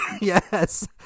yes